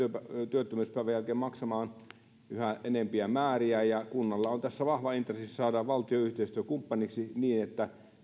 työttömyyspäivän jälkeen yhä enempiä määriä ja kunnalla on tässä vahva intressi saada valtio yhteistyökumppaniksi niin että